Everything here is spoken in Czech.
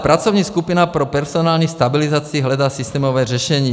Pracovní skupina pro personální stabilizaci hledá systémové řešení.